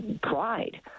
pride